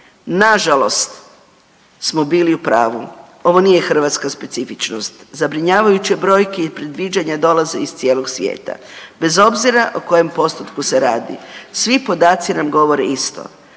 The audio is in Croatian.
nažalost smo bili u pravu, ovo nije hrvatska specifičnost zabrinjavajuće brojke i predviđanja dolaze iz cijelo svijeta, bez obzira o kojem postotku se radi. Svi podaci nam govore isto,